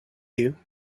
you